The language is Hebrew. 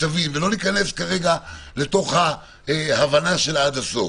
שתבין ולא ניכנס כרגע להבנה שלה עד הסוף.